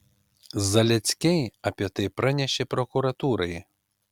zaleckiai apie tai pranešė prokuratūrai